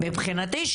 מבחינתי,